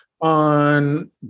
On